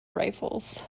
rifles